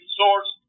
source